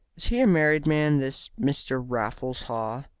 he a married man this mr. raffles haw?